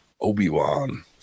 obi-wan